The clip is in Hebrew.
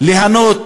ליהנות